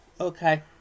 Okay